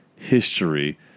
history